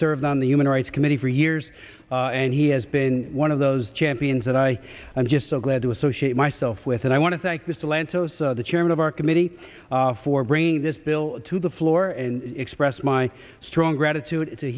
served on the human rights committee for years and he has been one of those champions that i am just so glad to associate myself with and i want to thank mr lantos the chairman of our committee for bringing this bill to the floor and express my strong gratitude to he